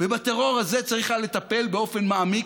ובטרור הזה היה צריך לטפל באופן מעמיק,